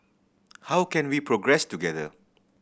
how can we progress together